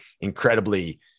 incredibly